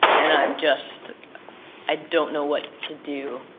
and i um just i don't know what to do.